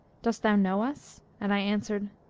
dost thou know us and i answered,